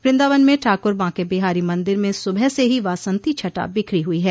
वृदावन में ठाकुर बांकेबिहारी मंदिर में सुबह से ही वासंती छटा बिखरी हुई है